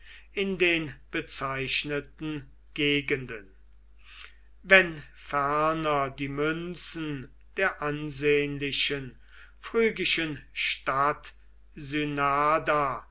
in den bezeichneten gegenden wenn ferner die münzen der ansehnlichen phrygischen stadt